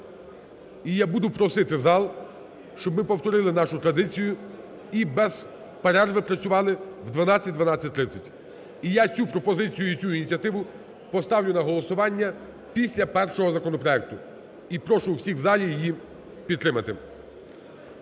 І я буду просити зал, щоб ми повторили нашу традицію і без перерви працювали в 12-12:30. І я цю пропозицію і цю ініціативу поставлю на голосування після першого законопроекту і прошу всіх у залі її підтримати.